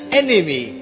enemy